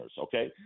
okay